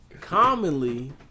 Commonly